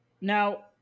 now